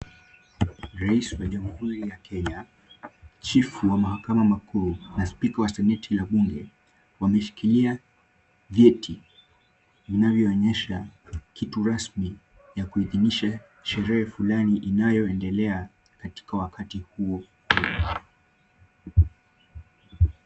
Rais wa Jamhuri ya Kenya, chifu wa mahakama kuu na spika wa seneti la bunge, wameshikilia vyeti vinavyoonyesha kitu rasmi ya kuidhinisha sherehe fulani inayoendelea katika wakati huo.